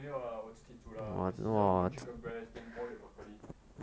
没有 ah 我自己煮的 season the chicken breast then boil the broccoli then